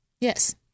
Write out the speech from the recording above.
Yes